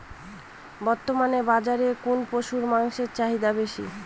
বর্তমান বাজারে কোন পশুর মাংসের চাহিদা বেশি?